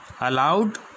allowed